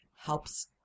Helps